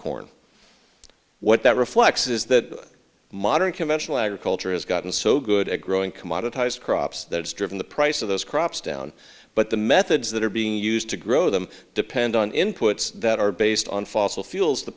corn what that reflects is that modern conventional agriculture has gotten so good at growing commodities crops that it's driven the price of those crops down but the methods that are being used to grow them depend on inputs that are based on fossil fuels the